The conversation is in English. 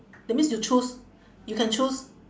that means you choose you can choose